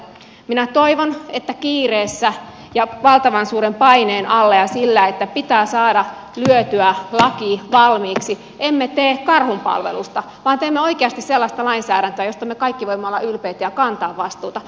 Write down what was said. minä toivon että sillä että kiireessä ja valtavan suuren paineen alla pitää saada lyötyä laki valmiiksi emme tee karhunpalvelusta vaan teemme oikeasti sellaista lainsäädäntöä josta me kaikki voimme olla ylpeitä ja kantaa vastuuta